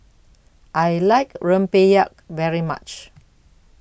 I like Rempeyek very much